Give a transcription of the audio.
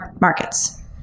markets